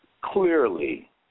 clearly